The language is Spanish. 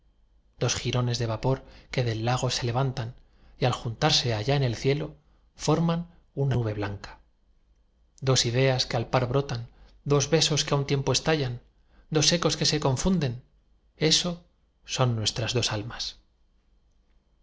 dos jirones de vapor que del lago se levantan y al juntarse allí en el cielo forman una nube blanca dos ideas que al par brotan dos besos que á un tiempo estallan dos ecos que se confunden eso son nuestras dos almas xxv